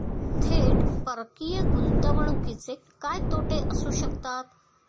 थेट परकीय गुंतवणुकीचे काय तोटे असू शकतात?